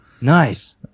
nice